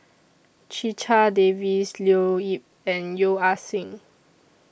Checha Davies Leo Yip and Yeo Ah Seng